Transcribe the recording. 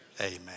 amen